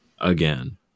again